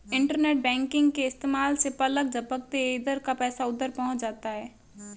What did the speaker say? internet banking के इस्तेमाल से पलक झपकते इधर का पैसा उधर पहुँच जाता है